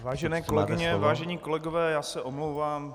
Vážené kolegyně, vážení kolegové, já se omlouvám.